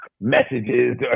messages